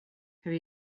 have